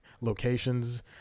locations